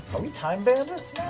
are we time bandits